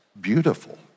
beautiful